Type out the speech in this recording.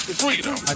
freedom